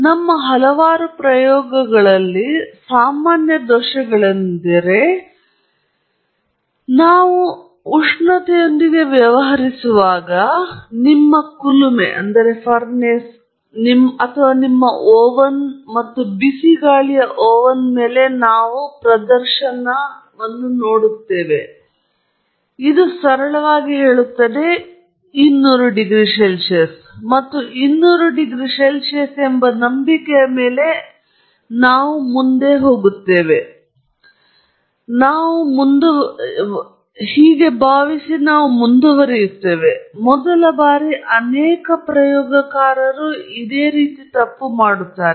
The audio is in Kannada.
ನಮ್ಮ ಹಲವಾರು ಪ್ರಯೋಗಗಳಲ್ಲಿ ಸಾಮಾನ್ಯ ದೋಷಗಳೆಂದರೆ ನಾವು ಉಷ್ಣತೆಯೊಂದಿಗೆ ವ್ಯವಹರಿಸುವಾಗ ನಿಮ್ಮ ಕುಲುಮೆ ಅಥವಾ ನಿಮ್ಮ ಒವನ್ ಮತ್ತು ಬಿಸಿ ಗಾಳಿಯ ಒವನ್ ಮೇಲೆ ನಾವು ಪ್ರದರ್ಶನವನ್ನು ನೋಡುತ್ತೇವೆ ಮತ್ತು ಇದು ಸರಳವಾಗಿ ಹೇಳುತ್ತದೆ 200 ಡಿಗ್ರಿ ಸಿ ಮತ್ತು 200 ಸಿ ಎಂದು ನಂಬಿಕೆಯ ಮೇಲೆ ನಾವು ಭಾವಿಸುತ್ತೇವೆ ಮತ್ತು ನಾವು ಮುಂದುವರೆಯುತ್ತೇವೆ ಮೊದಲ ಬಾರಿ ಅನೇಕ ಪ್ರಯೋಗಕಾರರು ಇದನ್ನು ಮಾಡುತ್ತಾರೆ